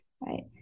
Right